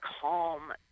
calm